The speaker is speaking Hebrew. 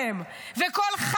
בוחרים בן אדם